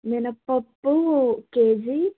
మినప్పప్పు కేజీ